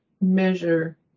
measure